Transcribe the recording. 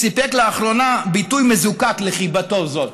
סיפק לאחרונה ביטוי מזוקק לחיבתו זאת.